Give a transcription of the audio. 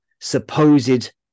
supposed